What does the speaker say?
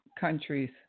countries